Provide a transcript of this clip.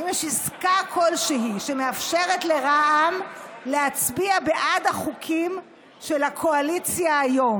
האם יש עסקה כלשהי שמאפשרת לרע"מ להצביע בעד החוקים של הקואליציה היום?